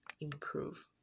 improve